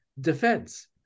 defense